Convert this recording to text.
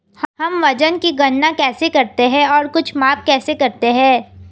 हम वजन की गणना कैसे करते हैं और कुछ माप कैसे करते हैं?